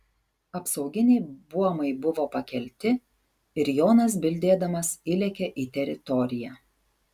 apsauginiai buomai buvo pakelti ir jonas bildėdamas įlėkė į teritoriją